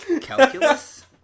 Calculus